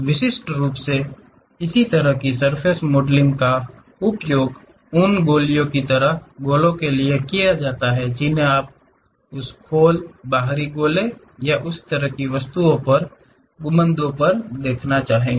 विशेष रूप से इस तरह की सर्फ़ेस मॉडलिंग का उपयोग उन गोलियों की तरह गोले के लिए किया जाता है जिन्हें आप उस खोल बाहरी गोले या उस तरह की वस्तुओं पर गुंबदों पर देखना चाहेंगे